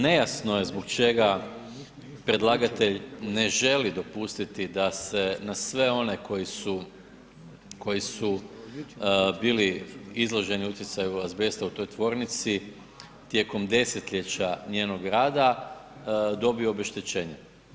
Nejasno je zbog čega predlagatelj ne želi dopustiti da se na sve one koji su bili izloženi utjecaju azbesta u toj tvornici tijekom desetljeća njenog rada dobe obeštećenje.